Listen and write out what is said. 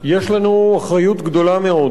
יש לנו אחריות גדולה מאוד.